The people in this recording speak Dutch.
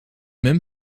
mum